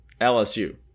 LSU